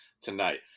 tonight